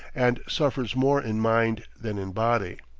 and suffers more in mind than in body.